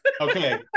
Okay